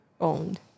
owned